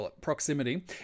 proximity